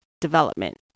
Development